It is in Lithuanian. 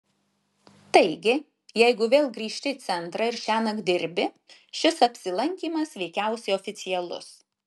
taigi jeigu vėl grįžti į centrą ir šiąnakt dirbi šis apsilankymas veikiausiai oficialus